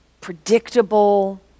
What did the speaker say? predictable